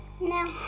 No